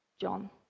John